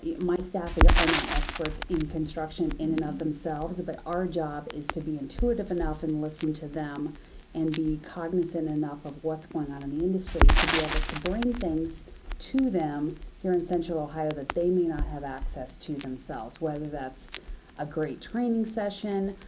yeah my staff are not experts in construction in and of themselves, but our job is to be intuitive enough and listen to them and be cognizant enough of what's going on in the industry to be able to bring things to them here in central ohio that they may not have access to themselves. whether that's a great training session,